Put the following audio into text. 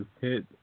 hit